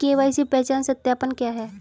KYC पहचान सत्यापन क्या है?